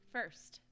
First